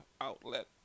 outlet